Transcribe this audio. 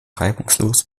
reibungslos